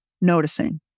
noticing